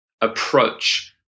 approach